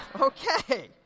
Okay